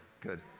Good